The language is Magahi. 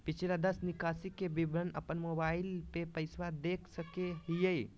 पिछला दस निकासी के विवरण अपन मोबाईल पे कैसे देख सके हियई?